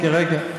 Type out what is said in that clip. רגע, רגע.